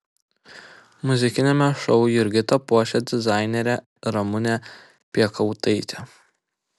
muzikiniame šou jurgitą puošia dizainerė ramunė piekautaitė